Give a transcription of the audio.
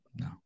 No